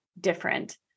different